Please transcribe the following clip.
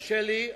תרשה לי,